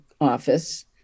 office